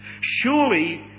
Surely